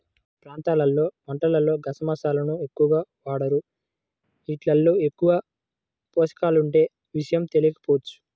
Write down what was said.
కొన్ని ప్రాంతాల్లో వంటల్లో గసగసాలను ఎక్కువగా వాడరు, యీటిల్లో ఎక్కువ పోషకాలుండే విషయం తెలియకపోవచ్చు